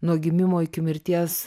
nuo gimimo iki mirties